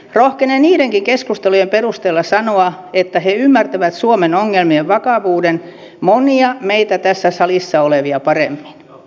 rohkenen niidenkin keskustelujen perusteella sanoa että he ymmärtävät suomen ongelmien vakavuuden monia meitä tässä salissa olevia paremmin